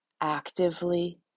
actively